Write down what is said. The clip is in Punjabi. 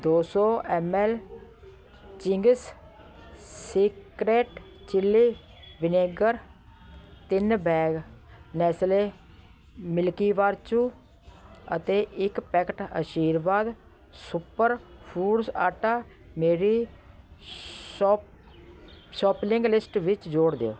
ਦੋ ਸੌ M L Ching's secret chilli vinegar ਤਿੰਨ ਬੈਗ ਨੈਸਲੇ ਮਿਲਕੀਬਾਰ ਚੂ ਅਤੇ ਇੱਕ packet Aashirvaad super foods atta ਮੇਰੀ ਸ਼ੌਪ ਸ਼ੋਪਲੀਂਗ ਲਿਸਟ ਵਿੱਚ ਜੋੜ ਦਿਓ